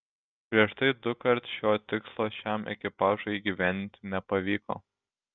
prieš tai dukart šio tikslo šiam ekipažui įgyvendinti nepavyko